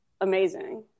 amazing